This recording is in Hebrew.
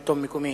שלטון מקומי?